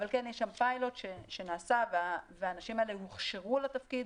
אבל כן יש שם פיילוט שנעשה והאנשים הזה הוכשרו לתפקיד.